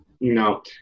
No